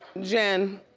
jen,